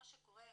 מה שקורה,